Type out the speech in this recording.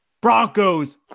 Broncos